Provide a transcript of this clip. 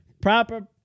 Proper